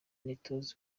ntituzi